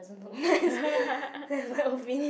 don't look nice that's my opinion